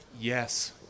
Yes